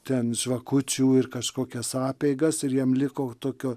ten žvakučių ir kažkokias apeigas ir jiem liko tokio